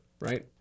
right